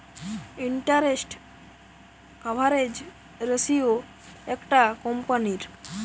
interest coverage ratio একটা কোম্পানীর